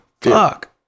fuck